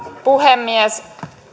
puhemies